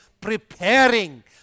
preparing